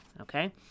Okay